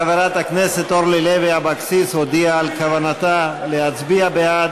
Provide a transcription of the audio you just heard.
חברת הכנסת אורלי לוי אבקסיס הודיעה על כוונתה להצביע בעד,